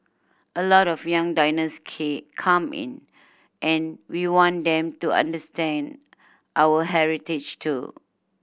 a lot of young diners came come in and we want them to understand our heritage too